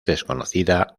desconocida